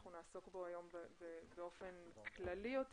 אנחנו נעסוק בו היום באופן כללי יותר